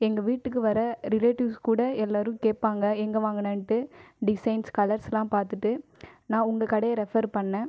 எங்கள் வீட்டுக்கு வர ரிலேடிவ்ஸ் கூட எல்லாரும் கேட்பாங்க எங்கே வாங்குனன்டு டிசைன்ஸ் கலர்ஸ்லாம் பார்த்துட்டு நான் உங்கள் கடையை ரெஃபர் பண்ண